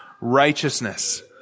righteousness